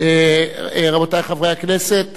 רבותי חברי הכנסת,